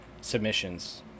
submissions